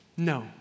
No